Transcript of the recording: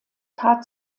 tat